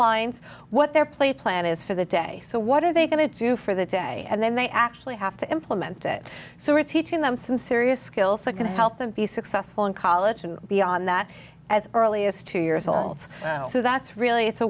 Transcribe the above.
lines what their play plan is for the day so what are they going to do for the day and then they actually have to implement it so we're teaching them some serious skills that can help them be successful in college and beyond that as early as two years olds so that's really it's a